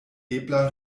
ebla